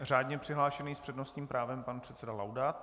Řádně přihlášený s přednostním právem pan předseda Laudát.